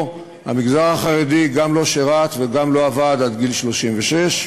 המגזר החרדי גם לא שירת וגם לא עבד עד גיל 36,